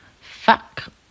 fuck